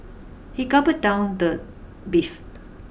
he gulped down the beef